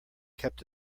kept